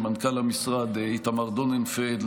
מנכ"ל המשרד איתמר דוננפלד,